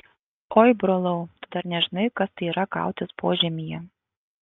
oi brolau tu dar nežinai kas tai yra kautis požemyje